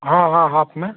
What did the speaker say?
हाँ हाँ हाफ में